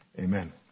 amen